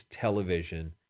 television